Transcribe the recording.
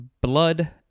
blood